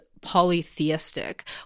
polytheistic